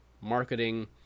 marketing